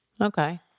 okay